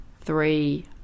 three